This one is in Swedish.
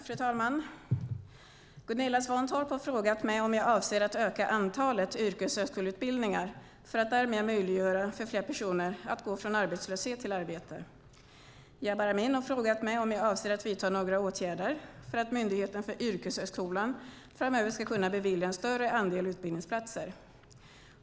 Fru talman! Gunilla Svantorp har frågat mig om jag avser att öka antalet yrkeshögskoleutbildningar för att därmed möjliggöra för fler personer att gå från arbetslöshet till arbete. Jabar Amin har frågat mig om jag avser att vidta några åtgärder för att Myndigheten för yrkeshögskolan framöver ska kunna bevilja en större andel utbildningsplatser.